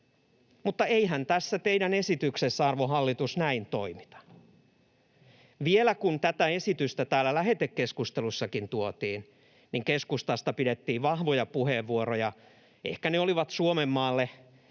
mutta eihän tässä teidän esityksessänne, arvon hallitus, näin toimita. Vielä kun tätä esitystä täällä lähetekeskustelussakin tuotiin, niin keskustasta pidettiin vahvoja puheenvuoroja. Ehkä ne olivat Suomenmaalle